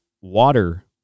water